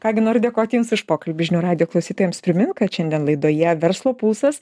ką gi noriu dėkoti jums už pokalbį žinių radijo klausytojams primenu kad šiandien laidoje verslo pulsas